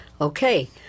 Okay